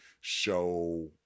show